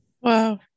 wow